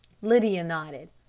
lydia nodded.